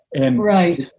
Right